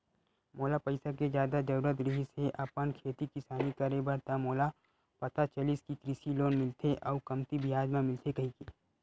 मोला पइसा के जादा जरुरत रिहिस हे अपन खेती किसानी करे बर त मोला पता चलिस कि कृषि लोन मिलथे अउ कमती बियाज म मिलथे कहिके